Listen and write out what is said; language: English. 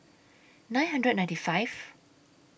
nine hundred and ninety five